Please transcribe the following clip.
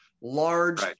large